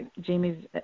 Jamie's